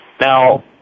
Now